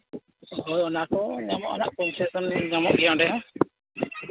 ᱦᱳᱭ ᱚᱱᱟ ᱠᱚ ᱧᱟᱢᱚᱜᱼᱟ ᱦᱟᱸᱜ ᱠᱚᱢᱥᱮᱢ ᱠᱚᱢ ᱧᱟᱢᱚᱜ ᱜᱮᱭᱟ ᱚᱸᱰᱮ ᱦᱚᱸ